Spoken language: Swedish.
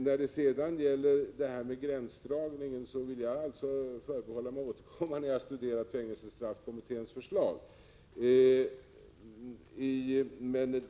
När det gäller gränsdragningen förbehåller jag mig rätten att återkomma när jag studerat fängelsestraffkommitténs förslag.